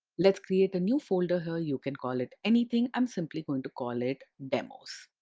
let's create a new folder here, you can call it anything. i'm simply going to call it demos.